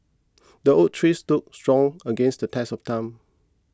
the oak tree stood strong against the test of time